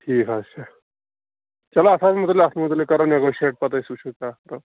ٹھیٖک حظ چھُ چلو اَتھ حظ مُتعلِق اَتھ مُتعلِق کَرو نیگوشیٹ پَتہٕ أسۍ وُچھو کیٛاہ کَرو